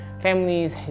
families